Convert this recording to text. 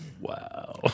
Wow